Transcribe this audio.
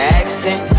accent